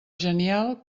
genial